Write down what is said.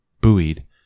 Buoyed